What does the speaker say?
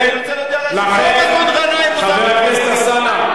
אז אני רוצה להודיע לה שלא מסעוד גנאים הוא השר לביטחון פנים.